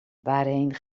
waarheen